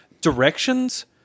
directions